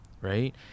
right